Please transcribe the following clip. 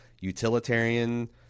utilitarian